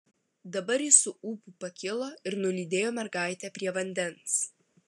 dabar jis su ūpu pakilo ir nulydėjo mergaitę prie vandens